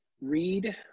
read